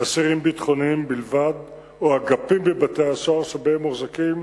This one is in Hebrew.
אסירים ביטחוניים בלבד או אגפים בבתי-סוהר שבהם מוחזקים